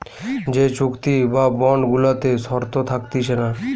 যে চুক্তি বা বন্ড গুলাতে শর্ত থাকতিছে না